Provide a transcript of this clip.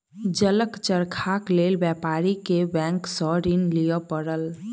जलक चरखाक लेल व्यापारी के बैंक सॅ ऋण लिअ पड़ल